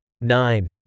nine